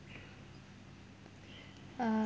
uh